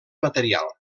material